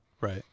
right